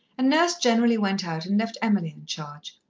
and nurse generally went out and left emily in charge.